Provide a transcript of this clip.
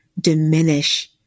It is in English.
diminish